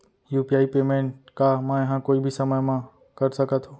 UPI payment का मैं ह कोई भी समय म कर सकत हो?